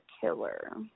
killer